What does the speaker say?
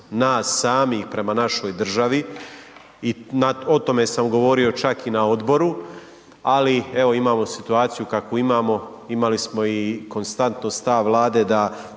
nas samih, prema našoj državi i o tome sam govorio čak i na odboru. Ali, evo, imamo situaciju kakvu imamo, imali smo konstanto stav vlade, da